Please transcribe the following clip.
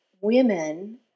women